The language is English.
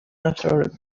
after